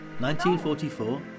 1944